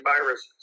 viruses